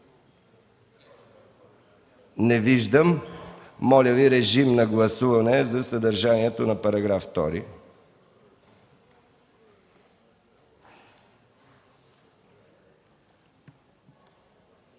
Не виждам. Моля Ви, режим на гласуване за съдържанието на § 2.